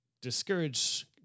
discourage